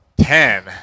Ten